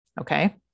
Okay